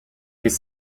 his